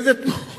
איזה מין תנועות,